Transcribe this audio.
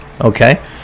okay